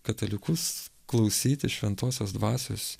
katalikus klausyti šventosios dvasios